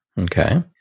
Okay